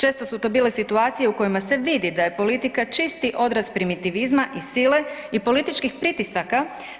Često su to bile situacije u kojima se vidi da je politika čisti odraz primitivizma i sile i političkih pritisak